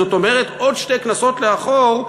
זאת אומרת עוד שתי כנסות לאחור,